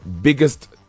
biggest